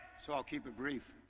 so i'll keep it brief.